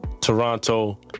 Toronto